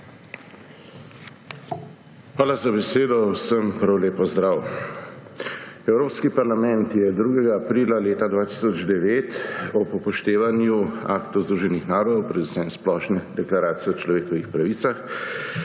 Hvala za besedo. Vsem prav lep pozdrav! Evropski parlament je 2. aprila 2009 ob upoštevanju aktov Združenih narodov, predvsem Splošne deklaracije človekovih pravic,